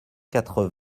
quatre